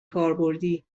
کاربردی